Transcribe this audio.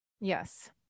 Yes